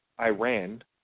Iran